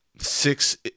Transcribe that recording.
six